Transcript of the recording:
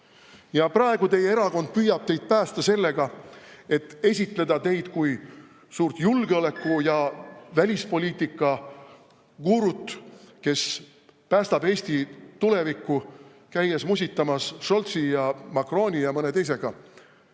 Ja praegu teie erakond püüab teid päästa sellega, et esitleda teid kui suurt julgeoleku- ja välispoliitikagurut, kes päästab Eesti tuleviku, käies musitamas Scholzi ja Macroni ja mõne teisega.